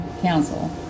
council